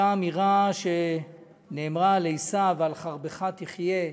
אותה אמירה שנאמרה על עשיו, "על חרבך תחיה",